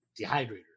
dehydrator